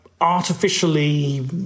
artificially